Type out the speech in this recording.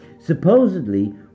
Supposedly